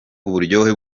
uburyohe